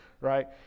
right